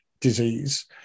disease